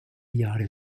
jahre